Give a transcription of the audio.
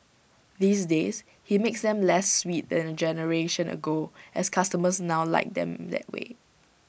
these days he makes them less sweet than A generation ago as customers now like them that way